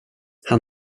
han